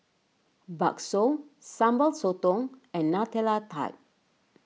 Bakso Sambal Sotong and Nutella Tart